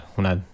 una